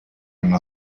una